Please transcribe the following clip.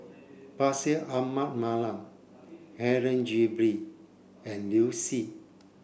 Bashir Ahmad Mallal Helen Gilbey and Liu Si